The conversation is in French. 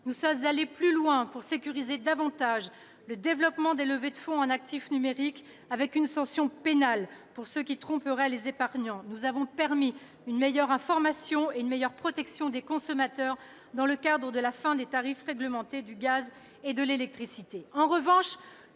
Nous sommes allés plus loin pour sécuriser davantage le développement des levées de fonds en actifs numériques, avec une sanction pénale pour ceux qui tromperaient les épargnants. Enfin, nous avons permis une meilleure information et une meilleure protection des consommateurs dans le cadre de la fin des tarifs réglementés du gaz et de l'électricité.